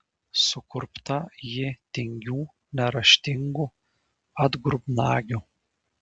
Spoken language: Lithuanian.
sukurpta ji tingių neraštingų atgrubnagių